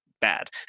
bad